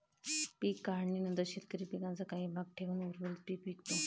पीक काढणीनंतर शेतकरी पिकाचा काही भाग ठेवून उर्वरित पीक विकतो